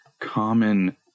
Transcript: common